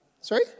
Sorry